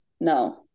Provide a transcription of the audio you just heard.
No